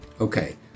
Okay